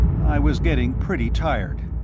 i was getting pretty tired.